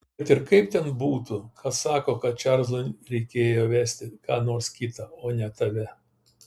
kad ir kaip ten būtų kas sako kad čarlzui reikėjo vesti ką nors kitą o ne tave